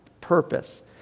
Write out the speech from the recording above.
purpose